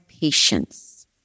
patience